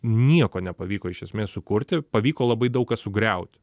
nieko nepavyko iš esmės sukurti pavyko labai daug ką sugriaut